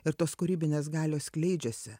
ir tos kūrybinės galios skleidžiasi